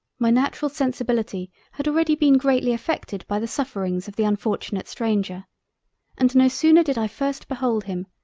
my natural sensibility had already been greatly affected by the sufferings of the unfortunate stranger and no sooner did i first behold him,